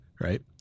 right